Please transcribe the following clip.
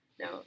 no